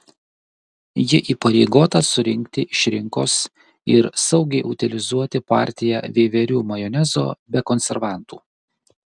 ji įpareigota surinkti iš rinkos ir saugiai utilizuoti partiją veiverių majonezo be konservantų